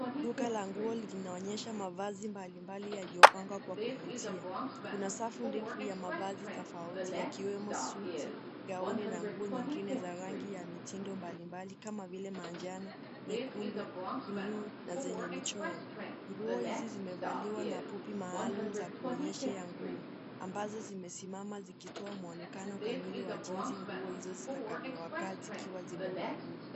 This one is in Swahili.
Duka la nguo linaonyesha mavazi mbali mbali yaliyopagwa kwa kuvutia kuna safu defu ya mavazi tofauti yakiwemo suti ,gauni na nguo nyingine za rangi ya mitindo mbali mbali kama vile ya manjano ,nyekundu , blue na zenye michoro. Nguo hizi zimevaliwa na copy mahalum za kuonyeshea nguo ambazo zimesimama zikitoa muonekano kamili wa jinsi nguo hizo zitakaa zikiwa zimevaliwa.